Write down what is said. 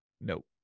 Nope